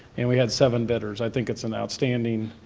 and we had seven bidders. i think it's an outstanding